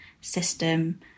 system